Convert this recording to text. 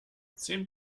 zehn